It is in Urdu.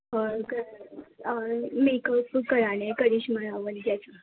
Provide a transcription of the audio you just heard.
اور اور میک اپ کرانے ہیں کرشما راوت جیسا